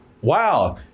Wow